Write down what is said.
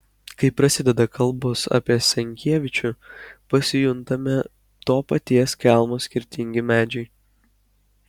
kai prasideda kalbos apie senkievičių pasijuntame to paties kelmo skirtingi medžiai